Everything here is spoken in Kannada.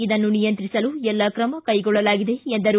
ಇದನ್ನು ನಿಯಂತ್ರಿಸಲು ಎಲ್ಲ ಕ್ರಮ ಕೈಗೊಳ್ಳಲಾಗಿದೆ ಎಂದರು